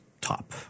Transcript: top